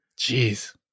Jeez